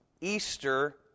Easter